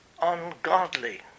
ungodly